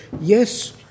Yes